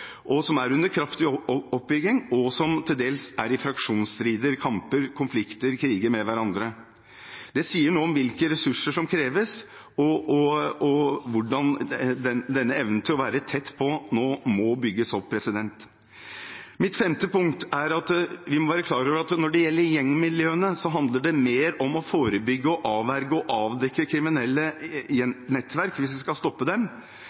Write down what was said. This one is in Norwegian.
og som er under kraftig oppbygging, og som til dels er i fraksjonsstrider, kamper, konflikter og kriger med hverandre. Det sier noe om hvilke ressurser som kreves, og hvordan evnen til å være tett på nå må bygges opp. Mitt femte punkt er at vi må være klar over at når det gjelder gjengmiljøene, handler det mer om å forebygge, avverge og avdekke kriminelle nettverk hvis vi skal stoppe dem,